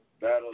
battle